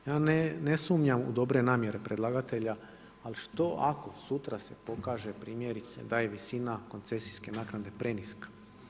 Ja ne sumnjam u dobre namjere predlagatelja, ali što ako sutra se pokaže primjerice da je visina koncesijske naknade preniska?